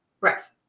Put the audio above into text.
Right